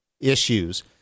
issues